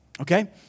okay